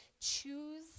choose